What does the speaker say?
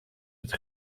het